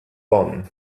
won